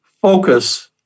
focus